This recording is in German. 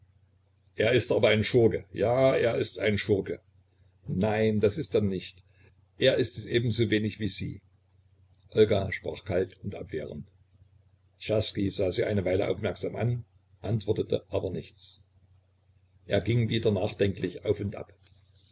er ist aber ein schurke ja er ist ein schurke nein das ist er nicht er ist es ebenso wenig wie sie olga sprach kalt und abwehrend czerski sah sie eine weile aufmerksam an antwortete aber nichts er ging wieder nachdenklich auf und ab